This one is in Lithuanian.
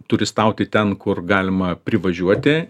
turistauti ten kur galima privažiuoti